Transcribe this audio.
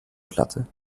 platte